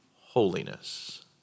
holiness